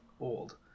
old